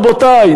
רבותי,